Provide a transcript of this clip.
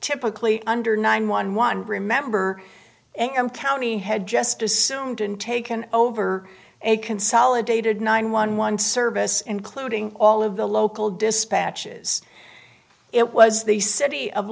typically under nine one one remember am county had just assumed and taken over a consolidated nine one one service including all of the local dispatches it was the city of